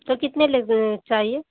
तो कितने लग चाहिए